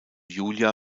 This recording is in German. julia